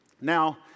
Now